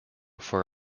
for